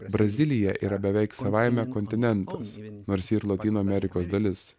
brazilija yra beveik savaime kontinentas nors ji ir lotynų amerikos dalis